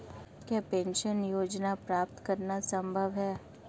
क्या पेंशन योजना प्राप्त करना संभव है?